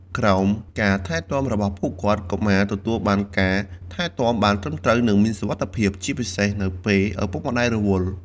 ក្រោមការថែទាំរបស់ពួកគាត់ កុមារទទួលបានការថែទាំបានត្រឹមត្រូវ និងមានសុវត្ថិភាព ជាពិសេសនៅពេលឪពុកម្តាយរវល់។